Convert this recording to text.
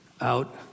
out